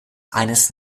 eines